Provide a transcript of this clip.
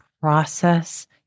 process